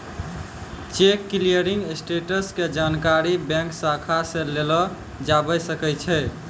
cheque clearing status के जानकारी bank शाखा से लेलो जाबै सकै छै